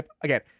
again